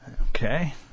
Okay